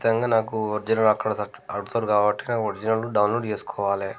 ఖచ్చితంగా నాకు ఒరిజినల్ అక్కడ అడుగుతారు కాబట్టి నాకు ఒరిజినల్ డౌన్లోడ్ చేసుకోవాలి